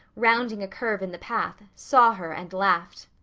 rounding a curve in the path, saw her and laughed.